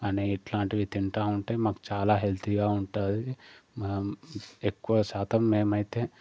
అని ఇట్లాంటివి తింటా ఉంటే మాకు చాలా హెల్తీగా ఉంటుంది మనం ఎక్కువ శాతం మేమైతే